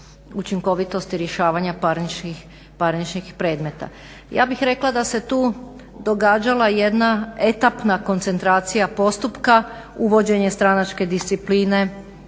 učinkovitosti rješavanja parničnih predmeta. Ja bih rekla da se tu događala jedna etapna koncentracija postupka, uvođenje stranačke discipline,